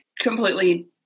completely